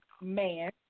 man